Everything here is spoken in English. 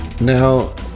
now